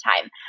time